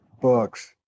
books